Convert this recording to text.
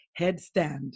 headstand